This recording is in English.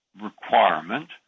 requirement